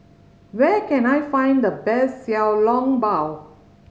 where can I find the best Xiao Long Bao